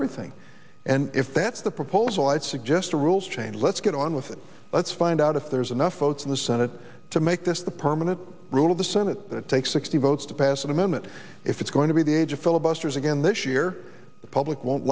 everything and if that's the proposal i'd suggest a rule change let's get on with it let's find out if there's enough votes in the senate to make this the permanent rule of the senate takes sixty votes to pass an amendment if it's going to be the age of filibusters again this year the public i don't